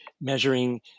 measuring